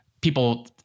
people